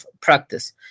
practice